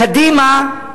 קדימה,